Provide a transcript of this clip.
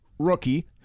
Rookie